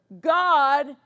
God